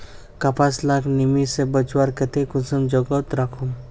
कपास लाक नमी से बचवार केते कुंसम जोगोत राखुम?